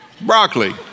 broccoli